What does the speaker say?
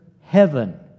heaven